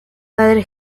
padre